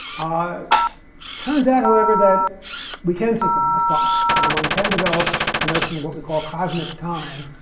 ah turns out however that we can synchronize clocks and one can develop a notion of what we call cosmic time,